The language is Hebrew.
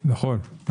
נכון,